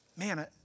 Man